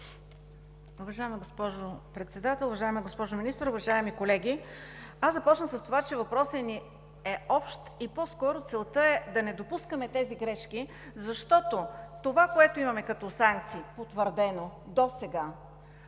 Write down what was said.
Уважаема госпожо Председател, уважаема госпожо Министър, уважаеми колеги! Аз започнах с това, че въпросът ни е общ и по-скоро целта е да не допускаме тези грешки, защото това, което имаме утвърдено като санкции досега,